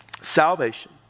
Salvation